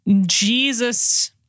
Jesus